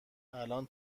الان